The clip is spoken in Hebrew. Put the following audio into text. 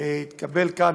התקבלה כאן,